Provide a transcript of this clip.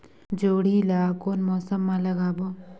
जोणी ला कोन मौसम मा लगाबो?